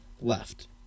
left